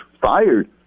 fired